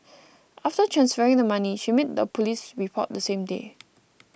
after transferring the money she made a police report that same day